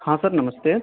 हाँ सर नमस्ते